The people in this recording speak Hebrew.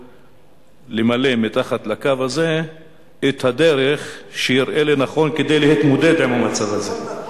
למלא תחת הקו הזה את הדרך שיראה לנכון כדי להתמודד עם המצב הזה.